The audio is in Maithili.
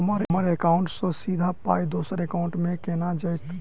हम्मर एकाउन्ट सँ सीधा पाई दोसर एकाउंट मे केना जेतय?